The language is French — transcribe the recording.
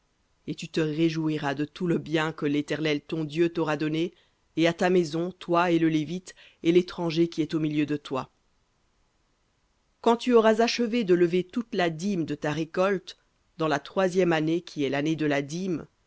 et tu te réjouiras de tout le bien que l'éternel ton dieu t'aura donné et à ta maison toi et le lévite et l'étranger qui est au milieu de toi quand tu auras achevé de lever toute la dîme de ta récolte dans la troisième année qui est l'année de la dîme